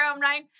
right